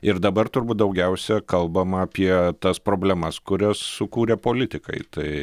ir dabar turbūt daugiausia kalbama apie tas problemas kurias sukūrė politikai tai